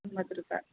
ಎಂಬತ್ತು ರೂಪಾಯಿ